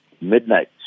midnight